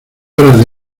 horas